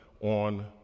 on